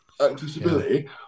accessibility